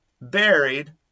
buried